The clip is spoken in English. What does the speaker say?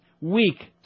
Weak